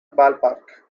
ballpark